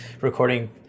recording